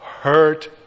hurt